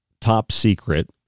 top-secret